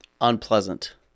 Unpleasant